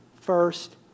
first